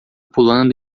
pulando